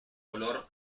color